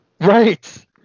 Right